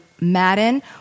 Madden